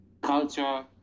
culture